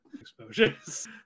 Exposures